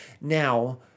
Now